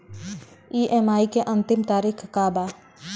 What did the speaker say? EMI के अंतिम तारीख का बा?